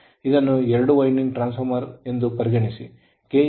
ಇದನ್ನು ಎರಡು winding transformer ಎಂದು ಪರಿಗಣಿಸಿ